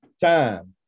Time